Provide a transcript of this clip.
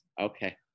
Okay